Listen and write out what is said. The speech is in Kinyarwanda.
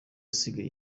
isigaye